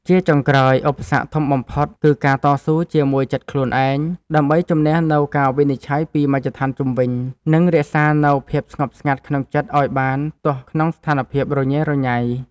ជាចុងក្រោយ ឧបសគ្គធំបំផុតគឺការតស៊ូជាមួយចិត្តខ្លួនឯង ដើម្បីជម្នះនូវការវិនិច្ឆ័យពីមជ្ឈដ្ឋានជុំវិញ និងរក្សានូវភាពស្ងប់ស្ងាត់ក្នុងចិត្តឱ្យបានទោះក្នុងស្ថានភាពរញ៉េរញ៉ៃ។